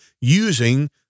using